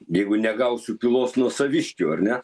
jeigu negausiu pylos nuo saviškių ar ne